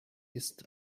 ist